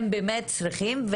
הם באמת צריכים.